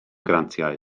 grantiau